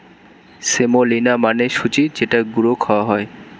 semolina মানে সুজি যেটা গুঁড়ো খাওয়া হয়